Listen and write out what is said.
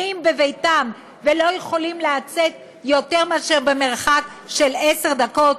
בביתם ולא יכולים לצאת יותר מאשר למרחק של עשר דקות,